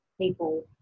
people